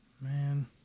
Man